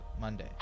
Monday